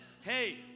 hey